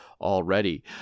already